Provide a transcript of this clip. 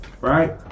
Right